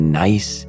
nice